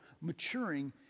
maturing